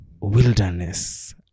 wilderness